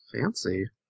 fancy